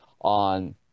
on